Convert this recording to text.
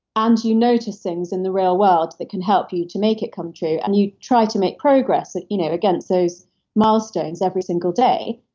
and you notice things in the real world that can help you to make it come true. and you try to make progress. you know again it's those milestones every single day.